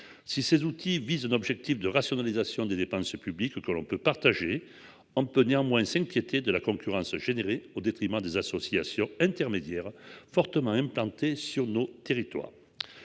Si ces outils vise un objectif de rationalisation des dépenses publiques que l'on peut partager. On peut néanmoins s'inquiéter de la concurrence générée au détriment des associations intermédiaires fortement implantés sur nos territoires.